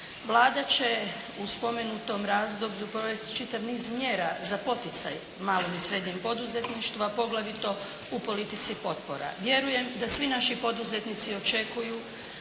Vlada će u spomenutom razdoblju provesti čitav niz mjera za poticaj malog i srednjeg poduzetništva a poglavito u politici potpora. Vjerujem da svi naši poduzetnici očekuju